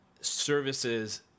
services